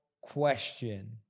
question